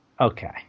okay